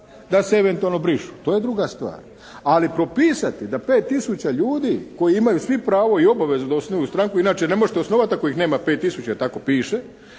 da se eventualno brišu. To je druga stvar. Ali propisati da 5 tisuća ljudi koji imaju svi pravo i obavezu da osnuju stranku, inače ne možete osnovati ako ih nema 5 tisuća tako piše,